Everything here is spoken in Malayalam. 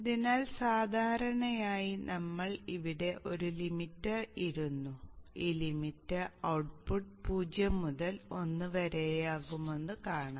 അതിനാൽ സാധാരണയായി നമ്മൾ ഇവിടെ ഒരു ലിമിറ്റർ ഇടുന്നു ഈ ലിമിറ്റർ ഔട്ട്പുട്ട് 0 മുതൽ 1 വരെയാകുമെന്ന് കാണും